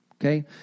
Okay